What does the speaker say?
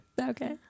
Okay